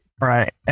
Right